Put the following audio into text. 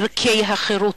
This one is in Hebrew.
ערכי החירות,